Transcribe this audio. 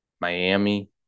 Miami